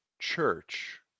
church